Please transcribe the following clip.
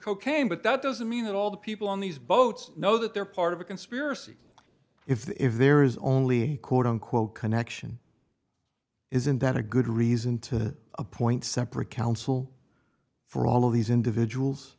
cocaine but that doesn't mean that all the people on these boats know that they're part of a conspiracy if the if there is only quote unquote connection isn't that a good reason to appoint separate counsel for all of these individuals